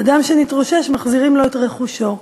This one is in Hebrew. אדם שנתרושש מחזירים לו את רכושו,